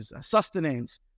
sustenance